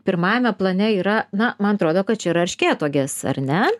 pirmajame plane yra na man atrodo kad čia yra erškėtuogės ar ne